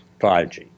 5G